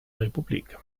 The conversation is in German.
republik